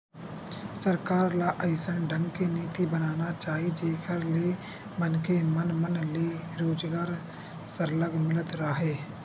सरकार ल अइसन ढंग के नीति बनाना चाही जेखर ले मनखे मन मन ल रोजगार सरलग मिलत राहय